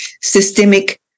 systemic